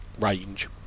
range